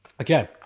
Okay